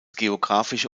geographische